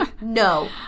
no